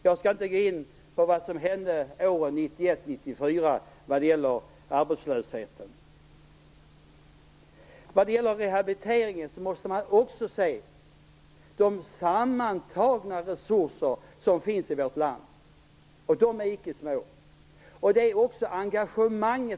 Jag skall inte gå in på vad som hände åren 1991-1994 när det gäller arbetslösheten. Vad gäller rehabiliteringen måste man också se de sammantagna resurser som finns i vårt land. De är icke små. Det finns också ett engagemang.